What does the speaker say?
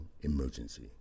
emergency